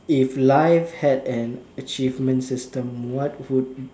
if life had an achievement system what would